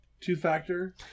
two-factor